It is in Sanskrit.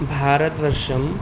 भारतवर्षम्